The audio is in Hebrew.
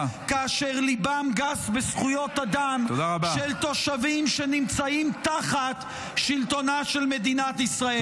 כאשר ליבם גס בזכויות אדם של תושבים שנמצאים תחת שלטונה של מדינת ישראל.